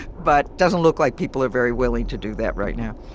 but doesn't look like people are very willing to do that right now